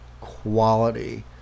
quality